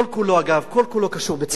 אגב, כל-כולו קשור בצדק.